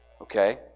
Okay